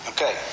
Okay